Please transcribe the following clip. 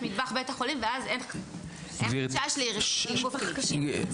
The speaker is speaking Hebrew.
מטבח בית החולים ואז אין חשש לערבוב של --- רגע,